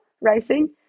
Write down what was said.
racing